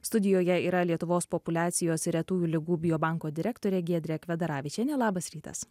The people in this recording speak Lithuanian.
studijoje yra lietuvos populiacijos ir retųjų ligų biobanko direktorė giedrė kvedaravičienė labas rytas